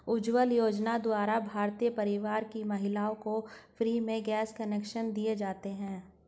उज्जवला योजना द्वारा गरीब परिवार की महिलाओं को फ्री में गैस कनेक्शन दिए जाते है